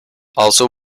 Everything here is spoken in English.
also